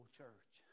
church